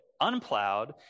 unplowed